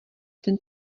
ten